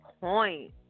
point